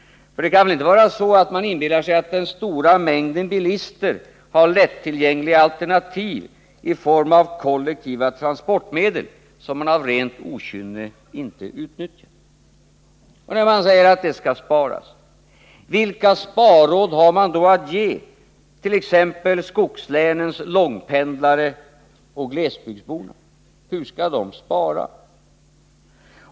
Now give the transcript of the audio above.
För det kan väl inte vara så att man inbillar sig att den stora mängden bilister har lättillgängliga alternativ i form av kollektiva transportmedel, som de av rent okynne inte utnyttjar? När man säger att det skall sparas, vilka sparråd har man då att ge t.ex. skogslänens långpendlare och glesbygdsbor? Hur skall de spara?